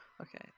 okay